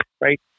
right